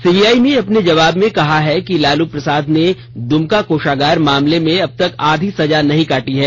CBI ने अपने जवाब में कहा है कि लालू प्रसाद ने दुमका कोषागार मामले में अब तक आधी सजा नहीं काटी है